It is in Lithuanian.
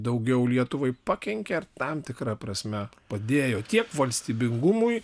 daugiau lietuvai pakenkė ar tam tikra prasme padėjo tiek valstybingumui